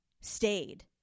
stayed